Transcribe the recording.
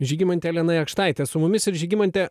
žygimantė elena jakštaitė su mumis ir žygimante